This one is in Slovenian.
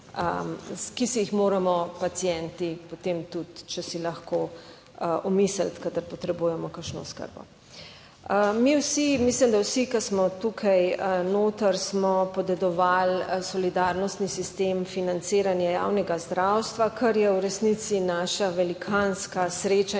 ki si jih moramo pacienti potem tudi, če si lahko omisliti, kadar potrebujemo kakšno oskrbo. Mi vsi, mislim, da vsi, ki smo tukaj noter, smo podedovali solidarnostni sistem financiranja javnega zdravstva, kar je v resnici naša velikanska sreča